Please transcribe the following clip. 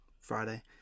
Friday